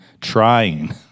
trying